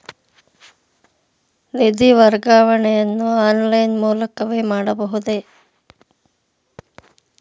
ನಿಧಿ ವರ್ಗಾವಣೆಯನ್ನು ಆನ್ಲೈನ್ ಮೂಲಕವೇ ಮಾಡಬಹುದೇ?